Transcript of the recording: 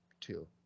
two